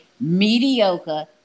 Mediocre